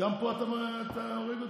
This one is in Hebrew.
גם פה אתה הורג אותי?